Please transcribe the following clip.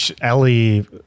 Ellie